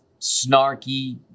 snarky